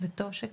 וטוב שכך.